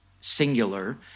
singular